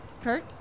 Kurt